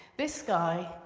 this guy,